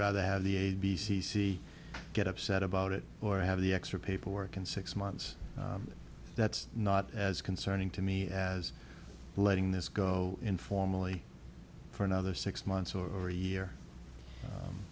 rather have the a b c see get upset about it or have the extra paperwork in six months that's not as concerning to me as letting this go informally for another six months or a year